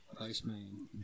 Iceman